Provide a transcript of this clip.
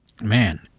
Man